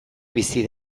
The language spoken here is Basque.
bizi